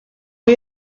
chi